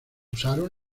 usaron